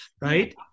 right